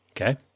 Okay